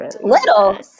Little